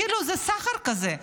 כאילו, זה סחר כזה.